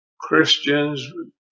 christians